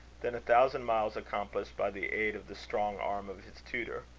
than a thousand miles accomplished by the aid of the strong arm of his tutor.